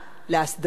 להסדרה,